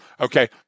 okay